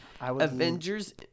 Avengers